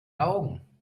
augen